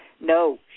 No